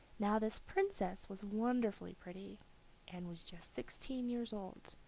now this princess was wonderfully pretty and was just sixteen years old,